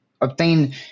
obtain